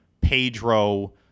Pedro